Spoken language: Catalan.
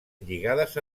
lligades